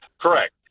Correct